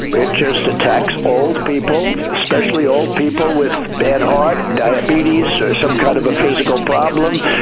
it just attacks old people, especially old people with bad heart, diabetes, some kind of a physical problem,